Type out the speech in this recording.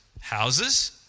houses